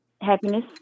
happiness